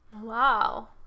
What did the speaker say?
Wow